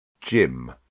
Jim